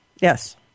Yes